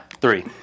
Three